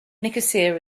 nicosia